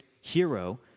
hero